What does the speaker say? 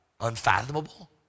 Unfathomable